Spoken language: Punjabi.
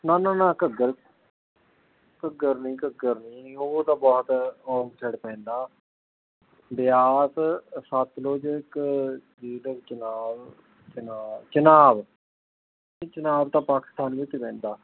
ਨਾ ਨਾ ਨਾ ਘੱਗਰ ਘੱਗਰ ਨਹੀਂ ਘੱਗਰ ਨਹੀਂ ਉਹ ਤਾਂ ਬਹੁਤ ਆਫ ਸੈਡ ਪੈਂਦਾ ਬਿਆਸ ਸਤਲੁਜ ਇੱਕ ਜਿਹਲਮ ਚਨਾਬ ਚਨਾਬ ਚਨਾਬ ਇਹ ਚਨਾਬ ਤਾਂ ਪਾਕਿਸਤਾਨ ਵਿੱਚ ਰਹਿੰਦਾ